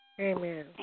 Amen